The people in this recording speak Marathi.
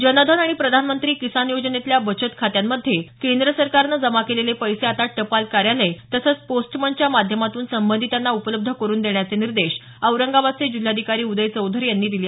जन धन आणि प्रधानमंत्री किसान योजनेतल्या बचत खात्यांमध्ये केंद्र सरकारनं जमा केलेले पैसे आता टपाल कार्यालय तसंच पोस्टमनच्या माध्यमातून संबंधितांना उपलब्ध करून देण्याचे निर्देश औरंगाबादचे जिल्हाधिकारी उदय चौधरी यांनी काल दिले